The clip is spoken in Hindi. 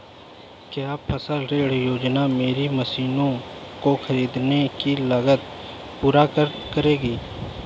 क्या फसल ऋण योजना मेरी मशीनों को ख़रीदने की लागत को पूरा करेगी?